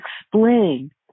explain